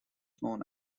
known